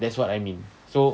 that's what I mean so